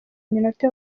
iminota